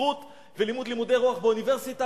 ספרות ולימוד לימודי רוח באוניברסיטה?